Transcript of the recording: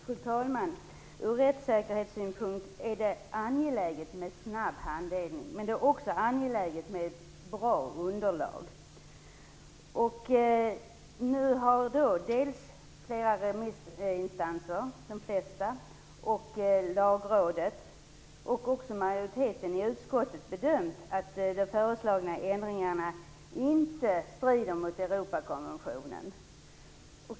Fru talman! Ur rättssäkerhetssynpunkt är det angeläget med snabb handläggning, men det är också angeläget med ett bra underlag. Nu har flera remissinstanser - de flesta, däribland Lagrådet - och även majoriteten i utskottet bedömt att de föreslagna ändringarna inte strider mot Europakonventionen.